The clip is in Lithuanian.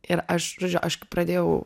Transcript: ir aš žodžiu aš kai pradėjau